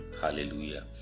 Hallelujah